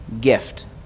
gift